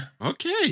okay